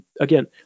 again